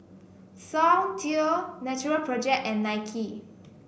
Soundteoh Natural Project and Nike